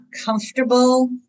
comfortable